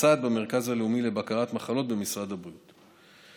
מתבצעת במרכז הלאומי לבקרת מחלות במשרד הבריאות.